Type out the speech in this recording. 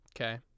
okay